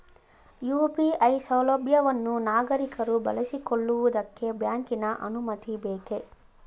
UPI ಸೌಲಭ್ಯವನ್ನು ನಾಗರಿಕರು ಬಳಸಿಕೊಳ್ಳುವುದಕ್ಕೆ ಬ್ಯಾಂಕಿನ ಅನುಮತಿ ಬೇಕೇ?